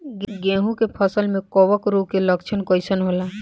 गेहूं के फसल में कवक रोग के लक्षण कइसन होला?